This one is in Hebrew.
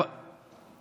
מי שרף?